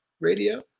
radio